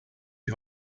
die